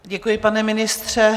Děkuji, pane ministře.